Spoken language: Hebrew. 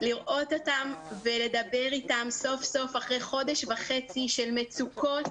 לראות אותם ולדבר אתם סוף סוף אחרי חודש וחצי של מצוקות,